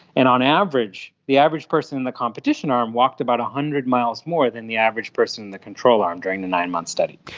and on average, the average person in the competition arm walked about one hundred miles more than the average person in the control arm during the nine-month study.